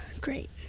Great